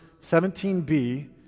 17b